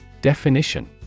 Definition